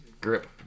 grip